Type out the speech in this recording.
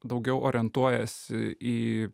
daugiau orientuojasi į